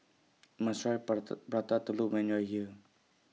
must Try Prata Telur when YOU Are here